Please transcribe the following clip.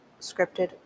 Scripted